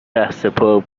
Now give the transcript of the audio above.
رهسپار